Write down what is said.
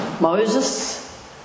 Moses